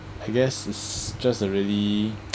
I guess it's just a really